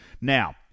Now